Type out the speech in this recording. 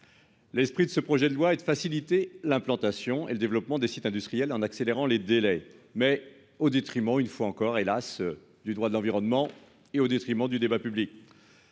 L'esprit de ce projet de loi et de faciliter l'implantation et le développement des sites industriels en accélérant les délais mais au détriment, une fois encore, hélas, du droit de l'environnement et au détriment du débat public.